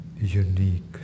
unique